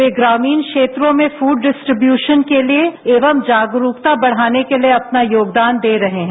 वे ग्रामीण क्षेत्रों में फुड डिस्ट्रीब्यूशन के लिए एवं जागरुकता बढ़ाने के लिए अपना योगदान दे रहे हैं